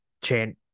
chain